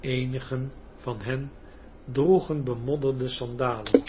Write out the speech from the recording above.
eenigen van hen droegen bemodderde sandalen